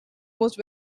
most